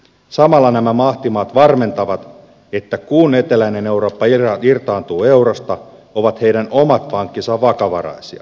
samalla nämä mahtimaat varmentavat että kun eteläinen eurooppa irtaantuu eurosta ovat heidän omat pankkinsa vakavaraisia